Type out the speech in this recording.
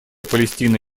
палестины